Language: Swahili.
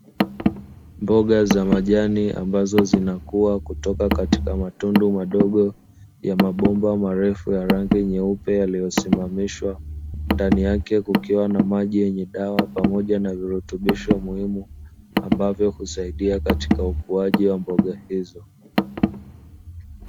Mboga za majani ambazo zinakua kutoka katika matundu madogo ya mabomba marefu ya rangi nyeupe yaliyosimamishwa, ndani yake kukiwa na maji yenye dawa pamoja na virutubisho muhimu ambavyo husaidia katika ukuaji wa mboga hizo.